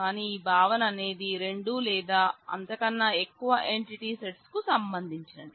కాని ఈ భావన అనేది రెండు లేదా అంతకన్న ఎక్కువ ఎంటిటీ సెట్స్ కు సంబంధించినది